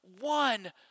one